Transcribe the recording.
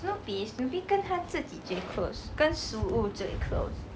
snoopy snoopy 跟它自己最 close 跟食物最 close